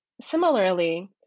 Similarly